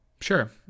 Sure